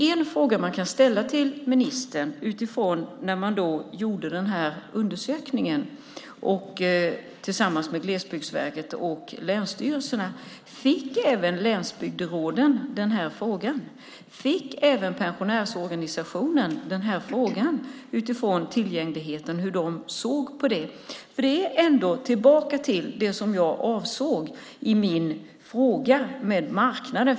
En fråga man kan ställa till ministern, utifrån att denna undersökning gjordes tillsammans med Glesbygdsverket och länsstyrelserna, är: Blev även länsbygderåden och pensionärsorganisationerna tillfrågade om tillgänglighet och hur de såg på den? Det var det jag avsåg med min fråga om marknaden.